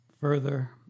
further